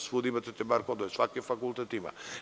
Svuda imate te bar-kodove, svaki fakultet ima.